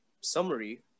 summary